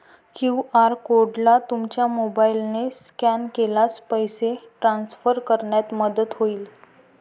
QR कोडला तुमच्या मोबाईलने स्कॅन केल्यास पैसे ट्रान्सफर करण्यात मदत होईल